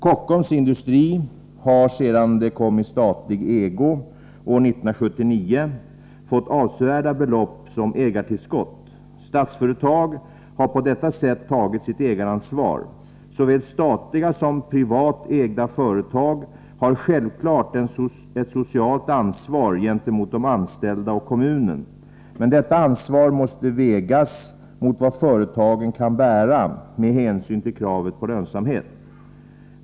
Kockums Industri har sedan det kom i statlig ägo år 1979 fått avsevärda belopp som ägartillskott. Statsföretag har på detta sätt tagit sitt ägaransvar. Såväl statliga som privat ägda företag har självfallet ett socialt ansvar gentemot de anställda och kommunen, men detta ansvar måste vägas mot vad företagen kan bära med hänsyn till kravet på lönsamhet.